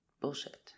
bullshit